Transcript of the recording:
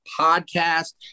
podcast